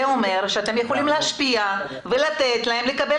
זה אומר שאתם יכולים להשפיע ולתת להם לקבל